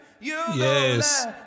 Yes